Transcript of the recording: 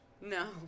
No